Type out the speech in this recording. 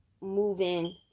moving